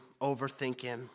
overthinking